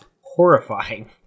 horrifying